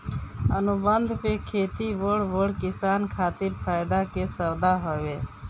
अनुबंध पे खेती बड़ बड़ किसान खातिर फायदा के सौदा हवे